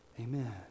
amen